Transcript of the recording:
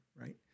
right